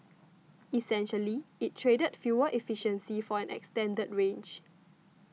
essentially it traded fuel efficiency for an extended range